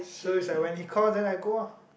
so it's like when he calls then I go lah